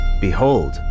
behold